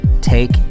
take